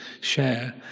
share